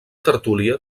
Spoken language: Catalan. tertúlia